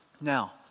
Now